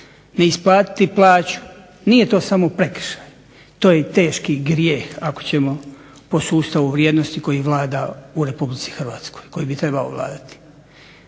ne isplatiti plaću nije to samo prekršaj to je i teški grijeh ako ćemo po sustavu vrijednosti koji vlada u RH, koji bi trebao vladati.